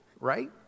right